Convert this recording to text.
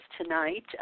tonight